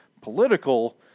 political